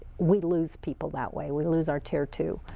we lose people that way we lose our tier two.